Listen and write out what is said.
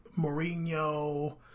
Mourinho